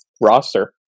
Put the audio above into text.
roster